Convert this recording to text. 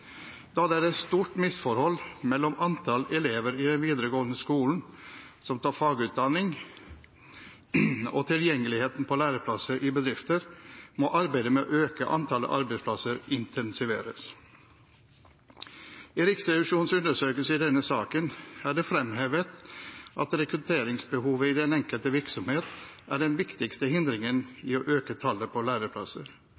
Da det er et stort misforhold mellom antallet elever i den videregående skolen som tar fagutdanning, og tilgjengeligheten på læreplasser i bedrifter, må arbeidet med å øke antallet læreplasser intensiveres. I Riksrevisjonens undersøkelse i denne saken er det fremhevet at rekrutteringsbehovet i den enkelte virksomhet er den viktigste